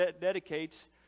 dedicates